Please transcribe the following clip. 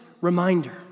reminder